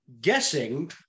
guessing